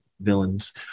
villains